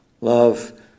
Love